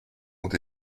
ont